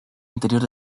interior